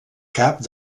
cap